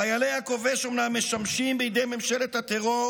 חיילי הכובש אומנם משמשים בידי ממשלת הטרור